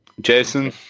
jason